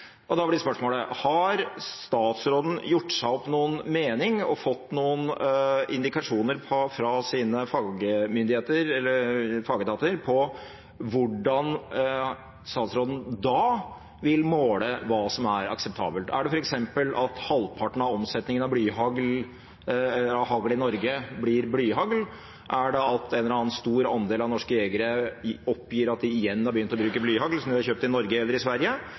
Da blir spørsmålet: Har statsråden gjort seg opp noen mening om og fått noen indikasjoner fra sine fagetater på hvordan statsråden da vil måle hva som er akseptabelt? Er det f.eks. at halvparten av omsetningen av hagl i Norge blir blyhagl? Er det at en eller annen stor andel av norske jegere oppgir at de igjen har begynt å bruke blyhagl, som de har kjøpt i Norge eller i Sverige?